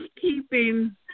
keeping